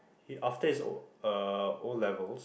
he after his uh O-levels